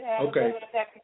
Okay